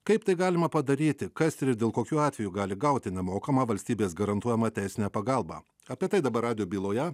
kaip tai galima padaryti kas tris dėl kokiu atveju gali gauti nemokamą valstybės garantuojamą teisinę pagalbą apie tai dabar radijo byloje